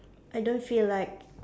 I don't feel like